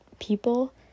people